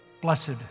blessed